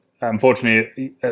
unfortunately